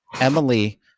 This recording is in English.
Emily